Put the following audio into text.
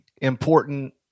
important